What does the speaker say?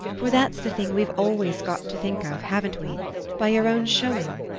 for that's the thing we've always got to think of haven't we by your own showing?